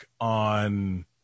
on